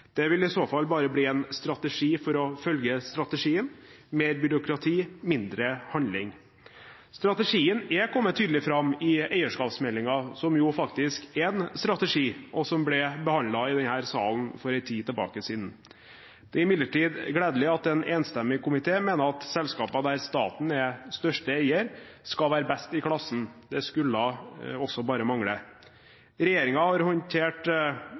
Det vil i så fall bare bli en strategi for å følge strategien – mer byråkrati, mindre handling. Strategien er kommet tydelig fram i eierskapsmeldingen, som faktisk er en strategi, og som ble behandlet i denne salen for en tid siden. Det er imidlertid gledelig at en enstemmig komité mener at selskaper der staten er største eier, skal være best i klassen. Det skulle også bare mangle. Regjeringen har håndtert